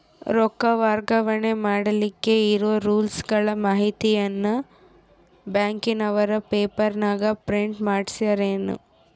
ರೊಕ್ಕ ವರ್ಗಾವಣೆ ಮಾಡಿಲಿಕ್ಕೆ ಇರೋ ರೂಲ್ಸುಗಳ ಮಾಹಿತಿಯನ್ನ ಬ್ಯಾಂಕಿನವರು ಪೇಪರನಾಗ ಪ್ರಿಂಟ್ ಮಾಡಿಸ್ಯಾರೇನು?